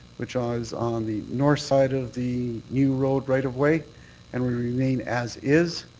which ah is on the north side of the new road right of way and would remain as is.